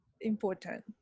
important